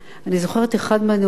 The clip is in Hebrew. אני זוכרת אחד מהנאומים,